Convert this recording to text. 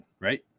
right